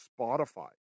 Spotify